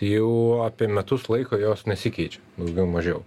jau apie metus laiko jos nesikeičia daugiau mažiau